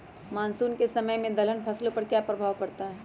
Monsoon के समय में दलहन फसलो पर क्या प्रभाव पड़ता हैँ?